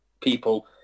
people